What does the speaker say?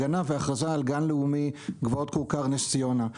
הגנה והכרזה על גן לאומי גבעות כורכר נס ציונה.